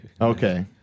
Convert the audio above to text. okay